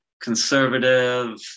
conservative